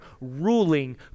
ruling